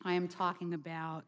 i am talking about